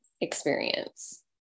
experience